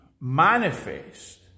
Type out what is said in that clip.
manifest